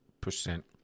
percent